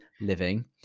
living